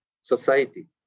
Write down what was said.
society